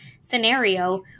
scenario